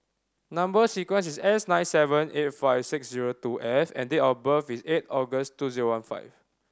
number sequence is S nine seven eight five six zero two F and date of birth is eight August two zero one five